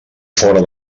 fora